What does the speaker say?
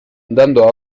dando